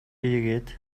ийгээд